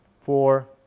four